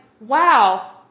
wow